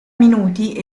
minuti